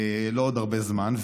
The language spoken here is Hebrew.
לא בעוד הרבה זמן,